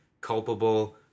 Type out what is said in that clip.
culpable